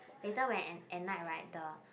later when at at night right the